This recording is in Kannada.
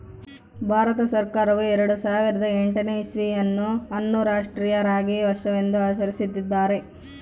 ಭಾರತ ಸರ್ಕಾರವು ಎರೆಡು ಸಾವಿರದ ಎಂಟನೇ ಇಸ್ವಿಯನ್ನು ಅನ್ನು ರಾಷ್ಟ್ರೀಯ ರಾಗಿ ವರ್ಷವೆಂದು ಆಚರಿಸುತ್ತಿದ್ದಾರೆ